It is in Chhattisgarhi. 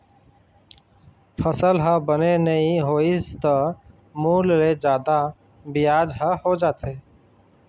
फसल ह बने नइ होइस त मूल ले जादा बियाज ह हो जाथे